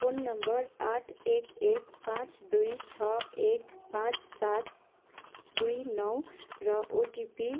phone number आठ एक एक पाँच दुई छ एक पाँच सात दुई नौ र ओटिपी